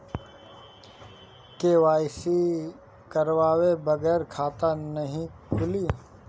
KYC करवाये बगैर खाता नाही खुली?